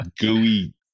gooey